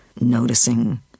noticing